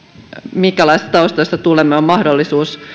minkälaisista taustoista tulemme on on mahdollisuus